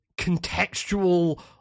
contextual